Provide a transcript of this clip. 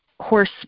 horse